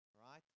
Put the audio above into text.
Right